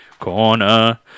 corner